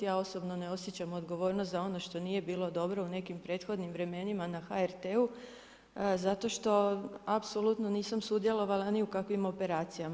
Ja osobno ne osjećam odgovornost za ono što nije bilo dobro u nekim prethodnim vremenima na HRT-u zato što apsolutno nisam sudjelovala ni u kakvim operacijama.